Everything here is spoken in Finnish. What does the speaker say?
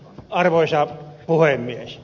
arvoisa puhemies